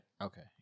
Okay